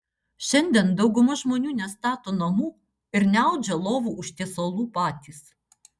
šiandien dauguma žmonių nestato namų ir neaudžia lovų užtiesalų patys